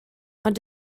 ond